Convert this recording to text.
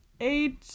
Eight